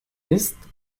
ist